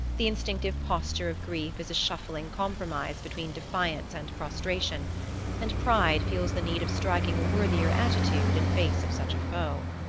the instinctive posture of grief is a shuffling compromise between defiance and prostration and pride feels the need of striking a worthier attitude in face of such a foe.